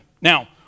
Now